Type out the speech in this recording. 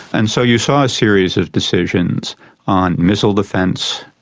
and so you saw a series of decisions on missile defence.